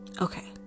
okay